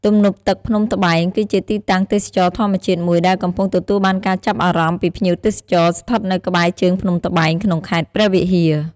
ទំនប់ទឹកភ្នំត្បែង គឺជាទីតាំងទេសចរណ៍ធម្មជាតិមួយដែលកំពុងទទួលបានការចាប់អារម្មណ៍ពីភ្ញៀវទេសចរណ៍ ស្ថិតនៅក្បែរជើង ភ្នំត្បែង ក្នុងខេត្តព្រះវិហារ។